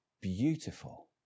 beautiful